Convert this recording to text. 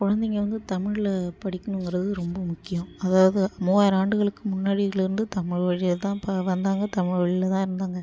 குழந்தைங்க வந்து தமிழில் படிக்கணுங்கிறது ரொம்ப முக்கியம் அதாவது மூவாயிரம் ஆண்டுகளுக்கு முன்னாடிலேந்து தமிழ் வழியாக தான் ப வந்தாங்க தமிழ் வழியில் தான் இருந்தாங்க